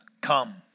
come